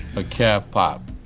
a caf' pop.